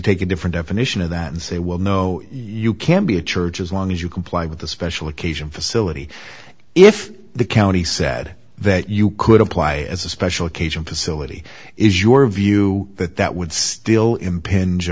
take a different definition of that and say well no you can't be a church as long as you comply with the special occasion facility if the county said that you could apply as a special occasion facility is your view that that would still imping